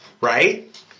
Right